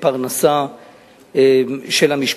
לרמוס ולשמור על צלם אנוש.